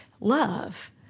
love